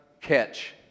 catch